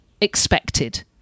expected